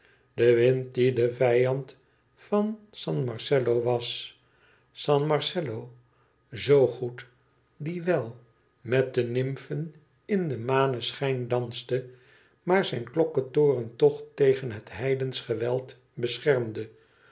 de wind die de vijand van san marcello was san marcello zoo goed die wel met de nymfen in den maneschijn danste maar zijn klokketoren toch tegen het heidensch geweld beschermde